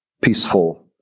peaceful